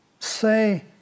say